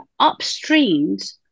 upstreamed